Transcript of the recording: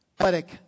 athletic